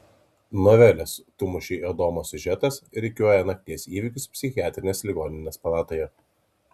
novelės tu mušei adomą siužetas rikiuoja nakties įvykius psichiatrinės ligoninės palatoje